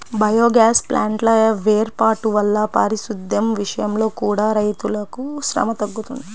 biogas ప్లాంట్ల వేర్పాటు వల్ల పారిశుద్దెం విషయంలో కూడా రైతులకు శ్రమ తగ్గుతుంది